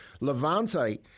Levante